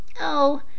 Oh